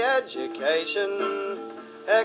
education